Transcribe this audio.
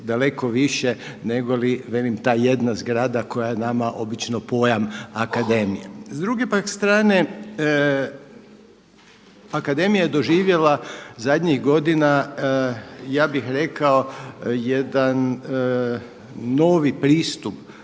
daleko više nego li velim ta jedna Zgrada koja je nama obično pojam Akademije. S druge pak strane Akademija je doživjela zadnjih godina, ja bih rekao jedan novi pristup